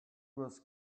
was